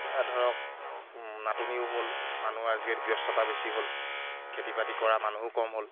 ধৰক নাটনিও হ'ল মানুহ আজিকালি ব্যস্ততা বেছি হ'ল খেতি বাতি কৰা মানুহো কম হ'ল